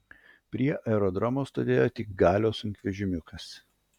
prie aerodromo stovėjo tik galio sunkvežimiukas